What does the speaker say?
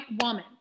woman